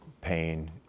pain